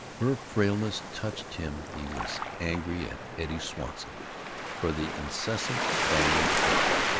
her frailness touched him he was angry at eddie swanson for the incessant family bickering.